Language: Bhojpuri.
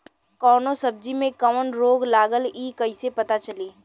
कौनो सब्ज़ी में कवन रोग लागल ह कईसे पता चली?